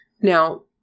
Now